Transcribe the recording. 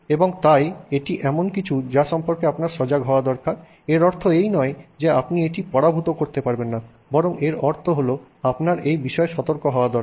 এবং অতএব এটি এমন কিছু যা সম্পর্কে আপনার সজাগ হওয়া দরকার এর অর্থ এই নয় যে আপনি এটি পরাভূত করতে পারবেন না বরং এর অর্থ হল আপনার এই বিষয়ে সতর্ক হওয়া দরকার